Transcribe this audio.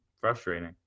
Frustrating